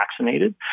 vaccinated